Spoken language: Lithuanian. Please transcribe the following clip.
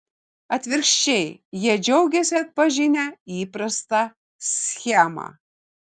atvirkščiai jie džiaugiasi atpažinę įprastą schemą